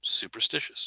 superstitious